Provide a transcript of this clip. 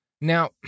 Now